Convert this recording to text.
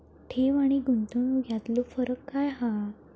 ठेव आनी गुंतवणूक यातलो फरक काय हा?